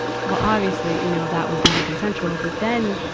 well, obviously, you know, that was not consensual. but then,